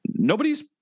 nobody's